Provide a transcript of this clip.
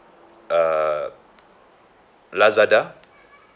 uh lazada